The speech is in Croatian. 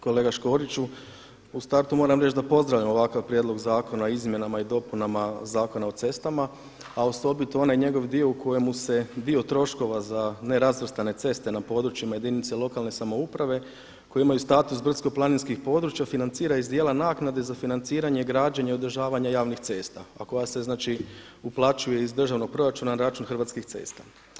Kolega Škoriću, u startu moram reći da pozdravljam ovakav Prijedlog zakona o izmjenama i dopunama Zakona o cestama a osobito onaj njegov dio u kojemu se dio troškova za nerazvrstane ceste na područjima jedine lokalne samouprave koje imaju status brdsko-planinskih područja financira iz dijela naknade za financiranje i građenje i održavanje javnih cesta a koja se znači uplaćuje iz državnog proračuna na račun Hrvatskih cesta.